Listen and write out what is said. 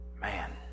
man